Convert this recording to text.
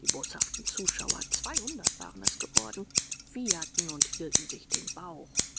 die boshaften zuschauer zweihundert waren es geworden wieherten und hielten sich den bauch